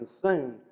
consumed